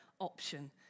option